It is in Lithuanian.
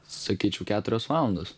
sakyčiau keturios valandos